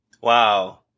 wow